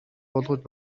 болгож